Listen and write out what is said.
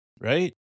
right